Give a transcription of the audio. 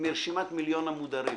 מרשימת מיליון המודרים